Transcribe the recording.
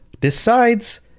decides